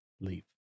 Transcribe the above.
leave